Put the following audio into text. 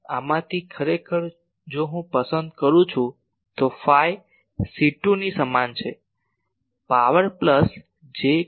તેથી આમાંથી ખરેખર જો હું પસંદ કરું છું તો ફાઈ C2 ની સમાન છે power plus j k naught r છે